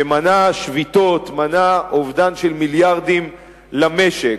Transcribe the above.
שמנע שביתות, מנע אובדן של מיליארדים למשק,